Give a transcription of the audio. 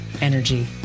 energy